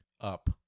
up